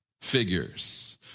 figures